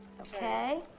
okay